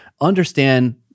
understand